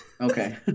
okay